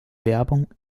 werbung